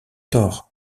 tort